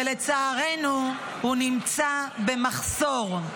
ולצערנו הוא נמצא במחסור.